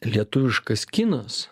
lietuviškas kinas